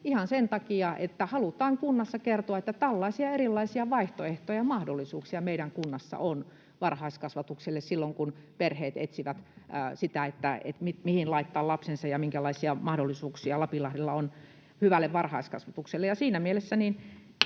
ihan sen takia, että halutaan kunnassa kertoa, että tällaisia erilaisia vaihtoehtoja ja mahdollisuuksia meidän kunnassamme on varhaiskasvatukselle silloin, kun perheet etsivät sitä, mihin laittaa lapsensa ja minkälaisia mahdollisuuksia Lapinlahdella on hyvälle varhaiskasvatukselle.